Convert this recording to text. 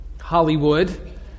Hollywood